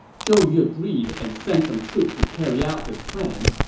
zhou yu agreed and sent some troops to carry out this plan.